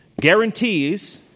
guarantees